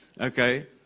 Okay